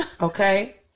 okay